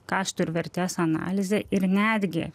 kaštų ir vertės analizė ir netgi